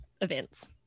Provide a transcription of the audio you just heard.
events